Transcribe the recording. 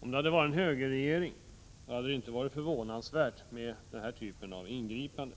Om vi hade haft en högerregering hade den typen av ingripanden inte varit anmärkningsvärda.